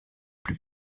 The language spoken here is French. plus